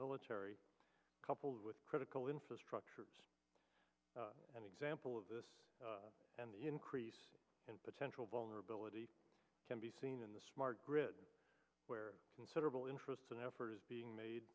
military coupled with critical infrastructure an example of this and the increase in potential vulnerability can be seen in the smart grid where considerable interest and effort is being made